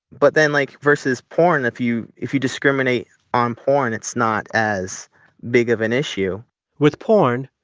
but then, like, versus porn, if you if you discriminate on porn, it's not as big of an issue with porn,